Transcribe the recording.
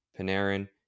Panarin